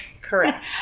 Correct